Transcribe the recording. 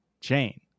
chain